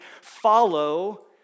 follow